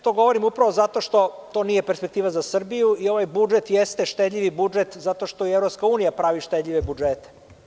To govorim upravo zato što to nije perspektiva za Srbiju i ovaj budžet jeste štedljivi budžet zato što i EU pravi štedljive budžete.